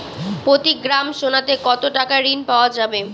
প্রতি গ্রাম সোনাতে কত টাকা ঋণ পাওয়া যাবে?